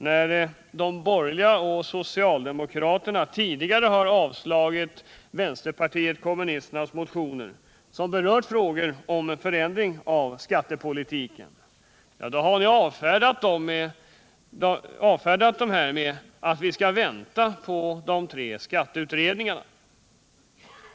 När de borgerliga och socialdemokraterna tidigare har avslagit vänsterpartiet kommunisternas motioner som berört frågor om en förändring av skattepolitiken, har de avfärdat dessa med att vi skall vänta på de tre skatteutredningarna.